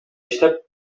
иштеп